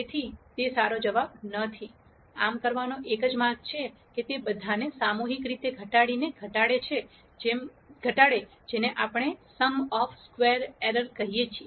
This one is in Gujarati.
તેથી તે સારો જવાબ નથી આમ કરવાનો એક માર્ગ એ છે કે તે બધાને સામૂહિક રીતે ઘટાડીને ઘટાડે જેને આપણે સમ ઓફ સ્ક્વેર એરર કહીએ છીએ